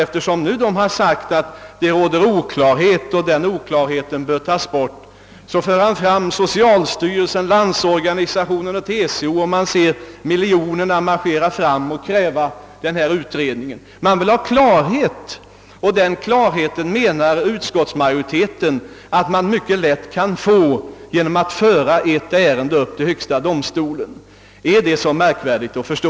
Eftersom dessa menat att det i denna fråga råder en oklarhet som bör avskaffas, hänvisar herr Gustafson till socialstyrelsen, Landsorganisationen, TCO o.s. v., och man ser i andanom miljoner människor marschera fram bakom kravet på en utredning. Man vill ha klarhet på denna punkt, och den anser utskottsmajoriteten att man lätt kan få genom att föra ett ärende upp till högsta domstolen. är det så svårt att förstå?